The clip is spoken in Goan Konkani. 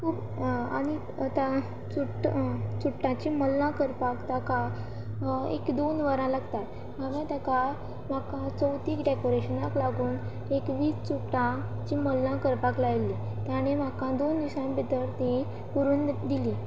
आनी चुट्टांचीं मल्लां करपाक ताका एक दोन वरां लागता हांवे ताका म्हाका चवथीक डेकोरेशनाक लागून एक वीस चुट्टांची मल्लां करपाक लायिल्लीं ताणें म्हाका दोन दिसां भितर तीं करून दिलीं